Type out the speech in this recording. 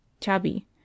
Chubby